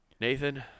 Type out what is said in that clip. Nathan